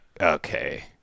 okay